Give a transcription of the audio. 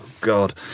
God